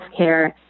healthcare